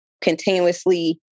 continuously